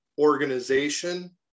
organization